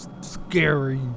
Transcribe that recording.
scary